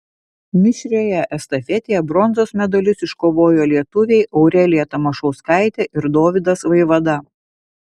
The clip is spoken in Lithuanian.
mišrioje estafetėje bronzos medalius iškovojo lietuviai aurelija tamašauskaitė ir dovydas vaivada